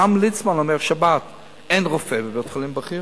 גם ליצמן אומר: שבת, אין רופא בכיר בבית-חולים.